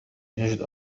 يجد